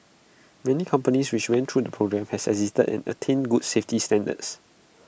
many companies which went through the programme has exited and attained good safety standards